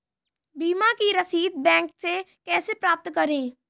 बीमा की रसीद बैंक से कैसे प्राप्त करें?